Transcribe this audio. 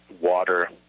water